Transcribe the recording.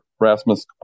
Rasmus